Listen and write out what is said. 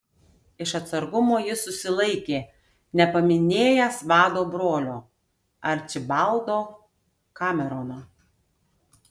iš atsargumo jis susilaikė nepaminėjęs vado brolio arčibaldo kamerono